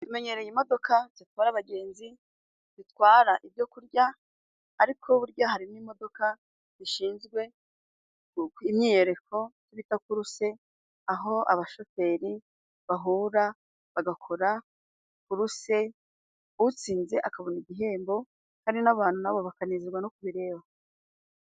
Tumenyereye imodoka zitwara abagenzi, zitwara ibyo kurya ariko burya hari n'imodoka zishinzwe imyiyereko bita kuruse, aho abashoferi bahura bagakora kuruse utsinze akabona igihembo, kandi n'abantu nabo bakanezezwa no kubireba.